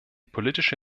politische